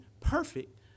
perfect